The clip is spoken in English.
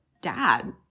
dad